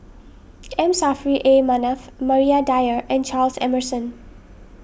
M Saffri A Manaf Maria Dyer and Charles Emmerson